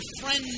friend